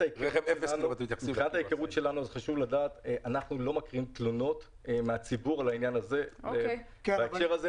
אנחנו לא מכירים תלונות מהציבור בהקשר הזה.